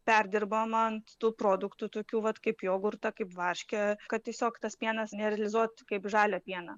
perdirbam ant tų produktų tokių vat kaip jogurtą kaip varškę kad tiesiog tas pienas nerealizuot kaip žalią pieną